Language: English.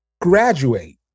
graduate